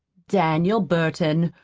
daniel burton,